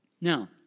Now